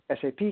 SAP